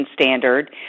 standard